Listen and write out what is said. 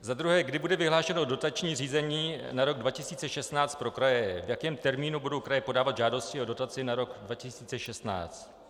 Za druhé: Kdy bude vyhlášeno dotační řízení na rok 2016 pro kraje, v jakém termínu budou kraje podávat žádosti o dotaci na rok 2016?